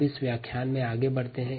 अब इस व्याख्यान में आगे बढ़ते हैं